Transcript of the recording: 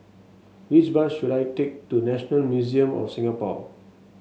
which bus should I take to National Museum of Singapore